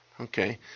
Okay